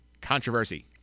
controversy